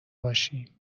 باشیم